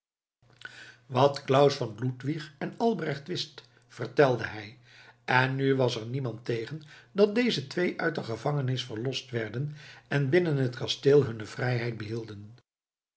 wat claus van ludwig en albrecht wist vertelde hij en nu was er niemand tegen dat deze twee uit de gevangenis verlost werden en binnen het kasteel hunne vrijheid behielden